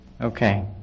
Okay